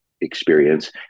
experience